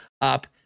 up